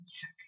tech